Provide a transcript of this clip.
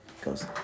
goes